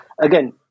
again